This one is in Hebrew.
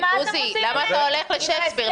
עוזי, למה אתה הולך לשייקספיר?